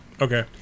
Okay